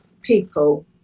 people